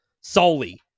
Solely